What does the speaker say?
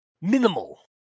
minimal